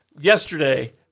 Yesterday